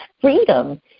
freedom